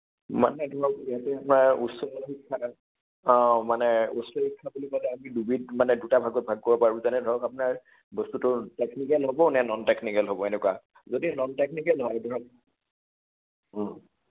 মানে ধৰক ইয়াতে আমাৰ ইয়াত উচ্চ শিক্ষাৰ মানে উচ্চ শিক্ষা বুলি ক'লে আমি দুবিধ মানে দুটা ভাগত ভাগ কৰিব পাৰোঁ যেনে ধৰক আপোনাৰ বস্তুটো টেকনিকেল হ'ব নে নন টেকনিকেল হ'ব এনেকুৱা যদি নন টেকনিকেল হয় ধৰক